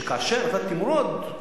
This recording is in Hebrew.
שכאשר אתה תמרוד,